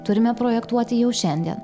turime projektuoti jau šiandien